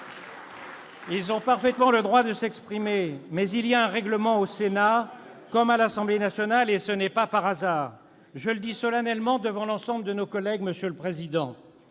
Ils ont parfaitement le droit de s'exprimer. Mais il y a un règlement au Sénat, comme à l'Assemblée nationale, et ce n'est pas par hasard. Je le dis solennellement devant l'ensemble de nos collègues, monsieur le président